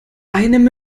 einem